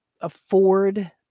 afford